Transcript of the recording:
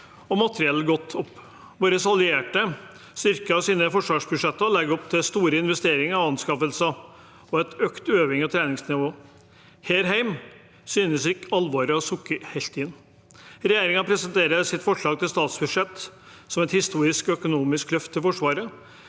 og materiell gått opp. Våre allierte styrker sine forsvarsbudsjetter og legger opp til store investeringer og anskaffelser og et økt øvings- og treningsnivå. Her hjemme synes ikke alvoret å ha sunket helt inn. Regjeringen presenterer sitt forslag til statsbudsjett som et historisk økonomisk løft til Forsvaret,